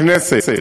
הכנסת,